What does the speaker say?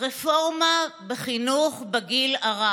רפורמה בחינוך בגיל הרך,